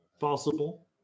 Possible